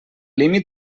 límit